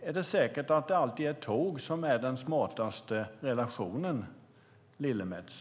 Är det säkert att tåget alltid är den smartaste relationen, Lillemets?